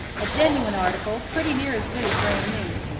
a genuine article, pretty near as good as brand-new.